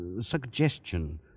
suggestion